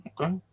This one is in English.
Okay